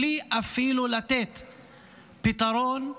בלי אפילו לתת פתרון,